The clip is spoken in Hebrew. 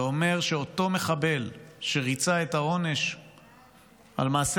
זה אומר שאותו מחבל שריצה את העונש על מעשה